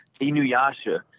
Inuyasha